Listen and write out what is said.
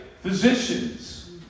physicians